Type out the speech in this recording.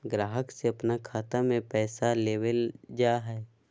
ग्राहक से अपन खाता में पैसा लेबल जा हइ